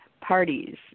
parties